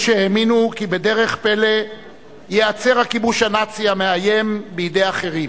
יש שהאמינו כי בדרך פלא ייעצר הכיבוש הנאצי המאיים בידי אחרים.